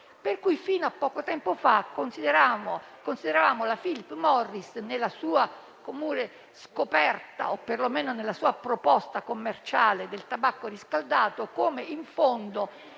per cui fino a poco tempo fa consideravamo la Philip Morris, nella sua comune scoperta o perlomeno nella sua proposta commerciale del tabacco riscaldato, come in fondo